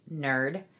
nerd